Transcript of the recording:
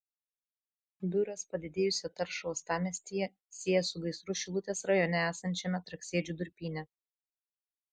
biuras padidėjusią taršą uostamiestyje sieja su gaisru šilutės rajone esančiame traksėdžių durpyne